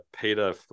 Peter